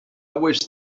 wish